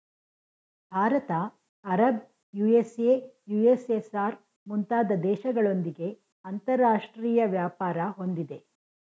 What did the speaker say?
Bharat Arab, USA, USSR, ಮುಂತಾದ ದೇಶಗಳೊಂದಿಗೆ ಅಂತರಾಷ್ಟ್ರೀಯ ವ್ಯಾಪಾರ ಹೊಂದಿದೆ